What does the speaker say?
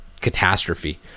catastrophe